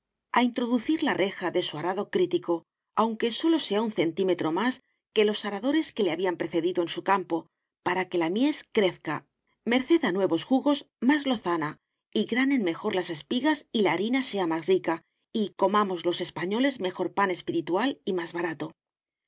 trabajosa introducir la reja de su arado crítico aunque solo sea un centímetro más que los aradores que le habían precedido en su campo para que la mies crezca merced a nuevos jugos más lozana y granen mejor las espigas y la harina sea más rica y comamos los españoles mejor pan espiritual y más barato